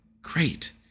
great